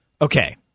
Okay